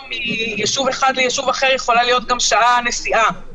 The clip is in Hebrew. מישוב אחד לישוב אחר יכולה להיות גם שעה נסיעה.